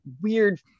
weird